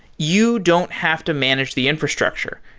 you don't have to manage the infrastructure.